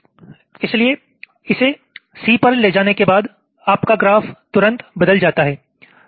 इसलिए इसे C पर ले जाने के बाद आपका ग्राफ़ तुरंत बदल जाता है